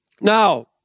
Now